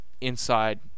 inside